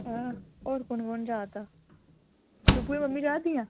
हां होर कु'न कु'न जा'रदा शुब्भु दी मम्मी जा'रदी ऐ